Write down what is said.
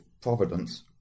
Providence